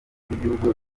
ry’igihugu